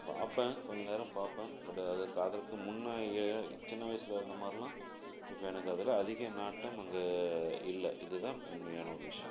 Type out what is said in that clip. பார்ப்பேன் கொஞ்ச நேரம் பார்ப்பேன் பட்டு அதற்கு அதற்கு முன்ன சின்ன வயசில் இருந்த மாதிரில்லாம் இப்போ எனக்கு அதில் அதிக நாட்டம் அங்கே இல்லை இது தான் உண்மையான ஒரு விஷயம்